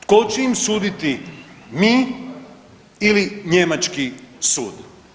Tko će im suditi mi ili njemački sud?